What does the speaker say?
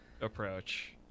approach